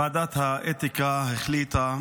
ועדת האתיקה החליטה